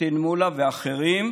ופטין מולא ואחרים,